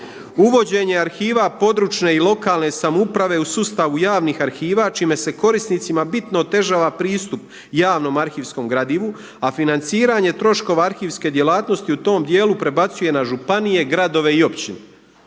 Uvođenje arhiva područne i lokalne samouprave u sustavu javnih arhiva čime se korisnicima bitno otežava pristup javnom arhivskom gradivu, a financiranje troškova arhivske djelatnosti u tom dijelu prebacuje na županije, gradove i općine.